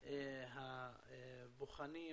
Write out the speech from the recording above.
התשפ"א.